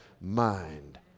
mind